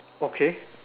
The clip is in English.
okay